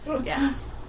Yes